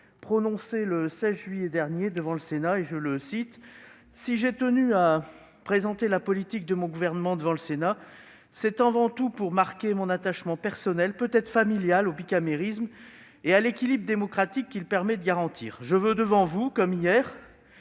prononcés le 16 juillet dernier devant le Sénat :« Si j'ai tenu à présenter la politique de mon gouvernement devant le Sénat, c'est avant tout pour marquer mon attachement personnel, peut-être familial aussi, au bicamérisme et à l'équilibre démocratique qu'il garantit. Devant vous, comme hier